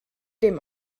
dem